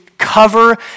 cover